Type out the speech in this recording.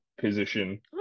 position